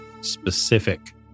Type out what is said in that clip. specific